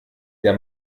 der